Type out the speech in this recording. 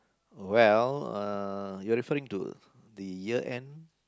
well uh you are referring to the year end